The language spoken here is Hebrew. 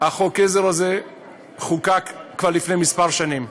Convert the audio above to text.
חוק העזר הזה חוקק כבר לפני כמה שנים.